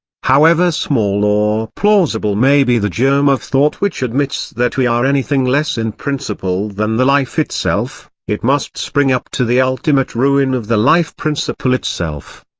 however small or plausible may be the germ of thought which admits that we are anything less in principle than the life itself, it must spring up to the ultimate ruin of the life-principle itself.